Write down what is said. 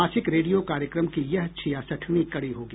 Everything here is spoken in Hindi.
मासिक रेडियो कार्यक्रम की यह छियासठवीं कड़ी होगी